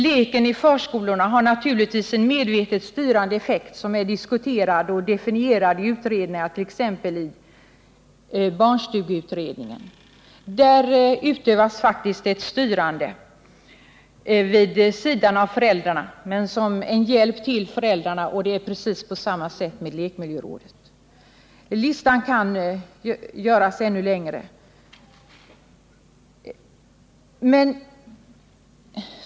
Leken i förskolorna har naturligtvis avsiktligt en styrande effekt, som är diskuterad och definierad i utredningar, t.ex. i barnstugeutredningen. Där utövas faktiskt ett styrande vid sidan av föräldrarna, men det är en hjälp åt föräldrarna. Precis på samma sätt förhåller det sig med lekmiljörådet. Listan kunde göras ännu längre.